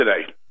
today